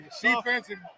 defensive